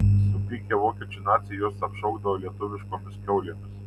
supykę vokiečių naciai juos apšaukdavo lietuviškomis kiaulėmis